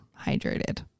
hydrated